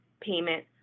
payment